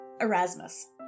Erasmus